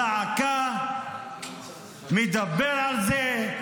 זעקה, מדבר על זה,